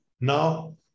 now